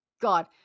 God